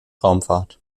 raumfahrt